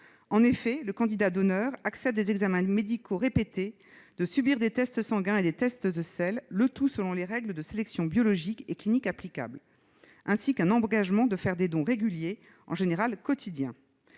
En effet, le candidat donneur accepte de subir des examens médicaux répétés, des tests sanguins et des tests de selles, le tout selon les règles de sélection biologique et clinique applicables. Il s'engage aussi à faire des dons réguliers, en général quotidiens.